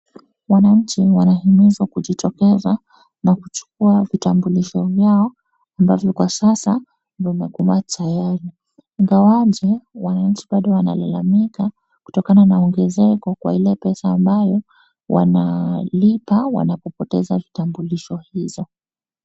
Wananchi wanahimizwa kujitokeza na kuchukua vitambulisho vyao ambavyo kwa sasa vimekuwa tayari. Ingawaje, wananchi bado wanalalamika kutokana na ongezeko kwa ile pesa ambayo wanalipa wanapopoteza vitambulisho hizo.